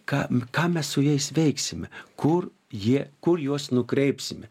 ką ką mes su jais veiksime kur jie kur juos nukreipsime